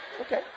Okay